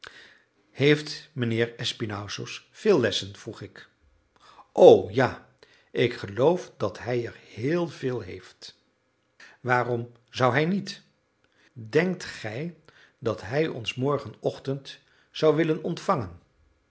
heeft mijnheer espinassous veel lessen vroeg ik o ja ik geloof dat hij er heel veel heeft waarom zou hij niet denkt gij dat hij ons morgenochtend zou willen ontvangen